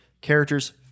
characters